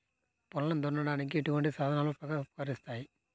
పొలం దున్నడానికి ఎటువంటి సాధనాలు ఉపకరిస్తాయి?